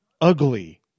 ugly